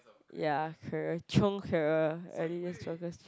ya career chiong career earlier